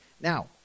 Now